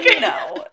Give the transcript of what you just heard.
No